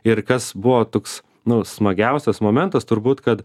ir kas buvo toks nu smagiausias momentas turbūt kad